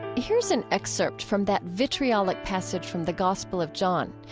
here's an excerpt from that vitriolic passage from the gospel of john,